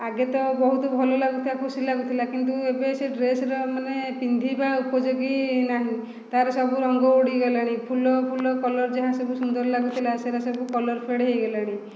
ଆଗେ ତ ବହୁତ ଭଲ ଲାଗୁଥିଲା ଖୁସି ଲାଗୁଥିଲା କିନ୍ତୁ ଏବେ ସେ ଡ୍ରେସ୍ର ମାନେ ପିନ୍ଧିବା ଉପଯୋଗୀ ନାହିଁ ତା'ର ସବୁ ରଙ୍ଗ ଉଡ଼ିଗଲାଣି ଫୁଲ ଫୁଲ କଲର୍ ଯାହାସବୁ ସୁନ୍ଦର ଲାଗୁଥିଲା ସେଗୁଡା ସବୁ କଲର୍ ଫେଡ଼୍ ହୋଇଗଲାଣି